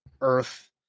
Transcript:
Earth